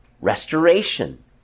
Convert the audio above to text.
restoration